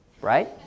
right